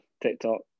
TikTok